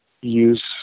use